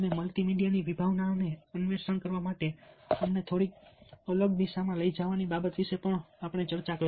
અમે મલ્ટીમીડિયાની વિભાવનાઓને અન્વેષણ કરવા માટે અમને થોડી અલગ દિશામાં લઈ જવાની બાબત વિશે પણ વાત કરી